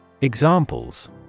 Examples